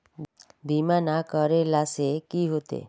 बीमा ना करेला से की होते?